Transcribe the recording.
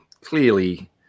clearly